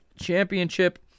championship